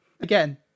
again